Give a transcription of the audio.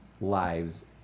lives